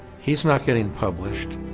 he's not getting published